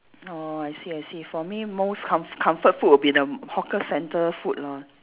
oh I see I see for me most comf~ comfort food will be the hawker centre food lor